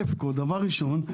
דבר ראשון,